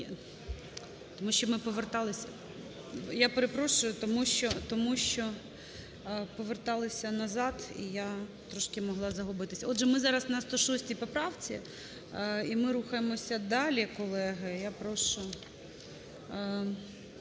Я перепрошую, тому що поверталися назад і я трішки могла загубитися. Отже, ми зараз на 106 поправці, і ми рухаємося далі, колеги.